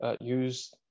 use